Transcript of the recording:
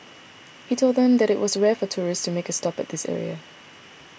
he told them that it was rare for tourists to make a stop at this area